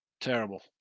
Terrible